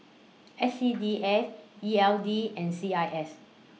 S C D F E L D and C I S